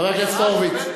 חבר הכנסת הורוביץ,